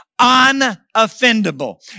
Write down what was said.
unoffendable